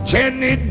Jenny